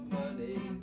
money